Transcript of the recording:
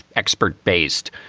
expert based.